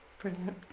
Brilliant